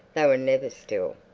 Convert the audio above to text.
they were never still.